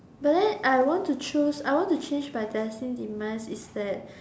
but then I want to choose I want to change my destined demise is that